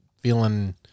feeling